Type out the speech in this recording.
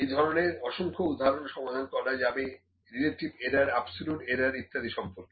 এই ধরনের অসংখ্য উদাহরণ সমাধান করা যাবে রিলেটিভ এরার অ্যাবসোলুট এরার ইত্যাদি সম্পর্কে